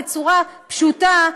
בצורה פשוטה,